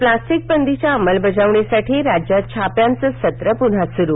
plastic बंदीच्या अंमलबजावणी साठी राज्यात छाप्यांचं सत्र पुन्हा सुरू